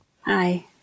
Hi